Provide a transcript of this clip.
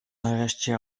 nareszcie